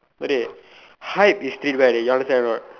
brother hype is street wear you understand or not